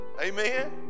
amen